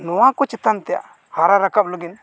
ᱱᱚᱣᱟ ᱠᱚ ᱪᱮᱛᱟᱱ ᱛᱮ ᱦᱟᱨᱟ ᱨᱟᱠᱟᱵ ᱞᱟᱹᱜᱤᱫ